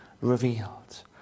revealed